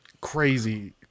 crazy